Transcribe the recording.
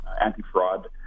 anti-fraud